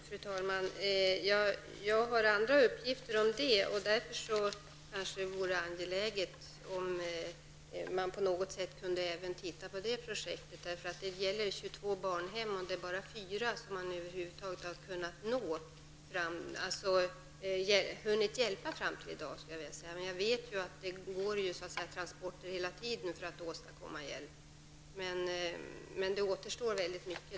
Fru talman! Jag har andra uppgifter om saken. Därför kanske det vore angeläget om man även kunde titta på det projektet. Det gäller 22 barnhem, och det är bara 4 som man har hunnit hjälpa fram till i dag. Jag vet att det hela tiden går hjälptransporter, men det återstår väldigt mycket.